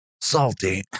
salty